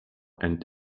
and